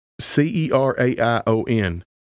C-E-R-A-I-O-N